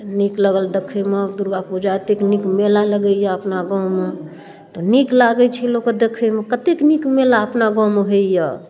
नीक लगल देखयमे दुर्गापूजा अतेक नीक मेला लगैय अपना गाँवमे तऽ नीक लागै छै लोगके देखयमे कतेक नीक मेला अपना गाँवमे होइए